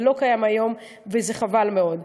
זה לא קיים היום, וזה חבל מאוד.